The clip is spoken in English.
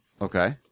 Okay